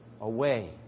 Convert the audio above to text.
away